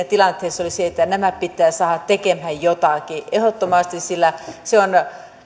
tilanteessa oli se että nämä pitää saada tekemään jotakin ehdottomasti sillä se on